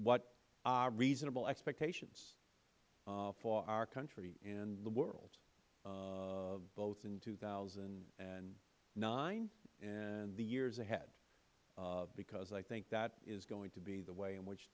what are reasonable expectations for our country and the world both in two thousand and nine and the years ahead because i think that is going to be the way in which